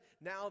now